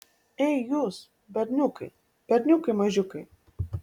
ei jūs berniukai berniukai mažiukai